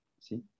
see